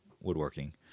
woodworking